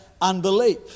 unbelief